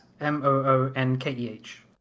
M-O-O-N-K-E-H